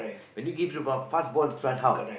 when you give dribble fast ball run how